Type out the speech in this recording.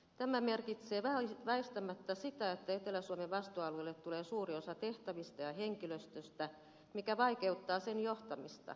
tämä merkitsee väistämättä sitä että etelä suomen vastuualueelle tulee suuri osa tehtävistä ja henkilöstöstä mikä vaikeuttaa sen johtamista